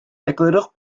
eglurwch